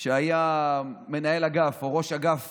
אם מנהל אגף או ראש אגף